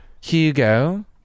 Hugo